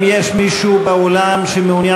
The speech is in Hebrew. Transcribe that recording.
רוברט אילטוב,